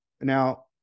Now